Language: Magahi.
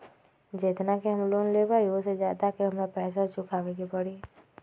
जेतना के हम लोन लेबई ओ से ज्यादा के हमरा पैसा चुकाबे के परी?